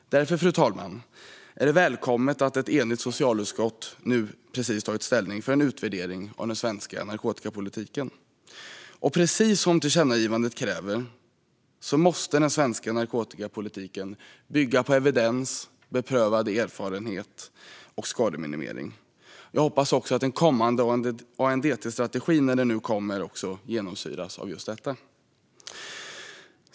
Fru talman! Därför är det välkommet att ett enigt socialutskott nu har tagit ställning för en utvärdering av den svenska narkotikapolitiken. Precis som tillkännagivandet kräver anser jag att den svenska narkotikapolitiken måste bygga på evidens, beprövad erfarenhet och skademinimering. Jag hoppas också att den kommande ANDT-strategin kommer att genomsyras av just det, när den kommer.